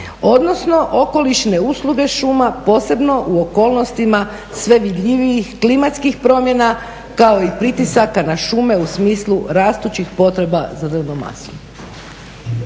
odnosno okolišne usluge šuma, posebno u okolnostima sve vidljivijih klimatskih promjena, kao i pritisaka na šume u smislu rastućih potreba za drvnom masom.